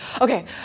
okay